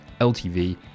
LTV